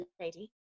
lady